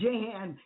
Jan